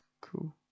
Cool